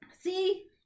See